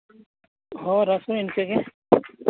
ᱦᱳᱭ ᱨᱟᱥᱮ ᱤᱱᱠᱟᱹ ᱜᱮ